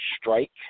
strike